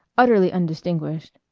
utterly undistinguished.